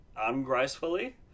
ungracefully